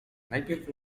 najpierw